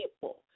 people